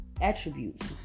attributes